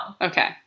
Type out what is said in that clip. Okay